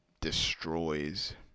destroys